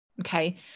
okay